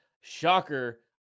Shocker